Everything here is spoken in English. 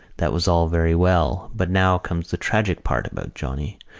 that was all very well but now comes the tragic part about johnny.